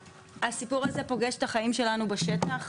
הסיפור הזה פוגש את החיים שלנו בשטח.